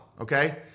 okay